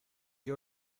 qué